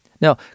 Now